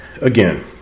again